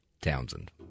Townsend